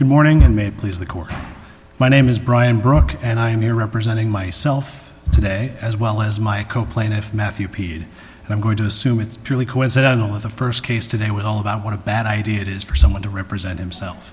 good morning and may please the court my name is brian broke and i am here representing myself today as well as my co plaintiff matthew p d and i'm going to assume it's purely coincidental of the st case today with all about what a bad idea it is for someone to represent himself